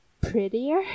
prettier